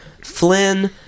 Flynn